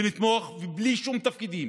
נתמוך בלי שום תפקידים,